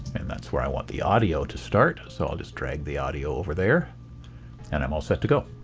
and that's where i want the audio to start so i'll just drag the audio over there and i'm all set to go.